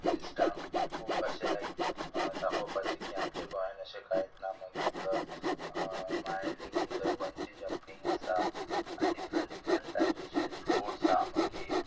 ट्युरिस्टांक खूब अशें लायक दाखोवपाचें की आमच्या गोंयान अशें कांयच ना मागीर प्लस माय लेकीन थंय बंची जंपींग आसा आनी डिफरंट डिफरंट टायप्स अशे स्पोर्ट्स आहा मागीर